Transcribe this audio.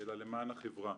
אלא למען החברה,